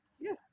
Yes